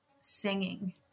singing